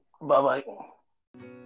Bye-bye